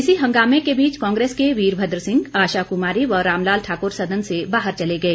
इसी हंगामे के बीच कांग्रेस के वीरमद्र सिंह आशा कुमारी व राम लाल ठाकुर सदन से बाहर चले गए